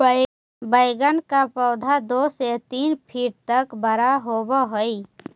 बैंगन का पौधा दो से तीन फीट तक बड़ा होव हई